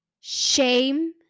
shame